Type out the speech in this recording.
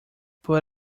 but